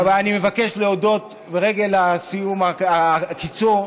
אני מבקש להודות, לרגל הסיום והקיצור,